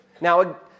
Now